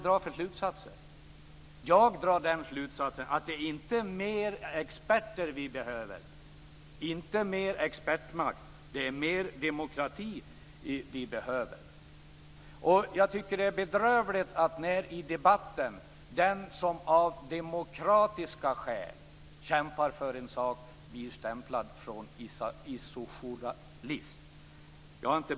Den växte inte fram genom en debatt i demokratiska former.